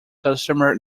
customer